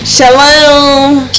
Shalom